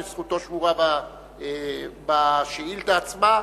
שזכותו שמורה בשאילתא עצמה,